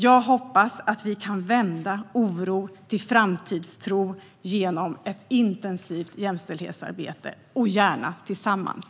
Jag hoppas att vi kan vända oro till framtidstro genom ett intensivt jämställdhetsarbete - gärna tillsammans.